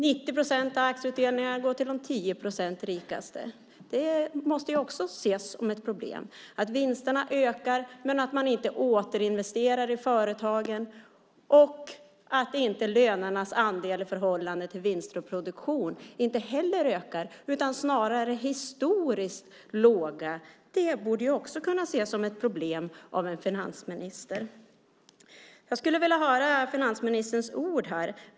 90 procent av aktieutdelningarna går till de rikaste 10 procenten. Det måste också ses som ett problem. Att vinsterna ökar men att man inte återinvesterar i företagen och att lönernas andel i förhållande till vinster och produktion inte heller ökar utan snarare är historiskt låga borde också kunna ses som ett problem av en finansminister. Jag skulle vilja höra finansministerns ord här.